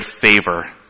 favor